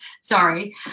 sorry